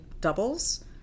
doubles